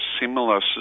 similar